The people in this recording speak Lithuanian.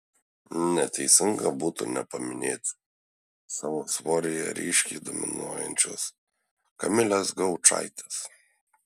neteisinga būtų nepaminėti savo svoryje ryškiai dominuojančios kamilės gaučaitės